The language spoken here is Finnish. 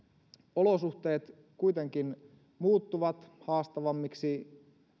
olosuhteet kuitenkin muuttuvat haastavammiksi